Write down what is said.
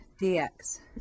dx